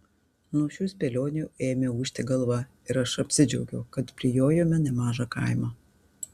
nuo šių spėlionių ėmė ūžti galva ir aš apsidžiaugiau kad prijojome nemažą kaimą